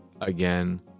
again